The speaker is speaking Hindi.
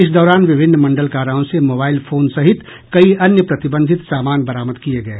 इस दौरान विभिन्न मंडल काराओं से मोबाइल फोन सहित कई अन्य प्रतिबंधित सामान बरामद किये गये